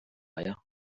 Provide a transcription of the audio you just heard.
liar